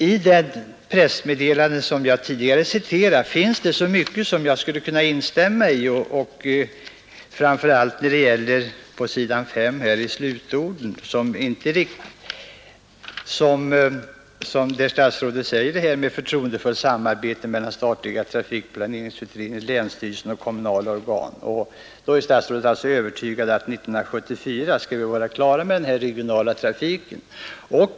I det pressmeddelande som jag tidigare citerade finns så mycket som jag skulle kunna instämma i, framför allt vad statsrådet säger på s. 5 i slutorden, om förtroendefullt samarbete mellan den statliga trafikplaneringsutredningen, länsstyrelsen och kommunala organ. Statsrådet är alltså övertygad om att vi 1974 skall vara klara med denna regionala trafik.